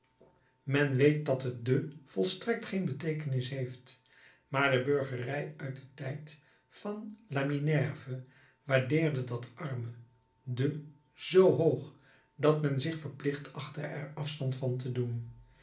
men weet dat het de volstrekt geen beteekenis heeft maar de burgerij uit den tijd van la minerve waardeerde dat arme de zoo hoog dat men zich verplicht achtte er afstand van te doen